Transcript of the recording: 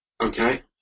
Okay